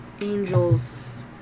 angels